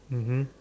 mmhmm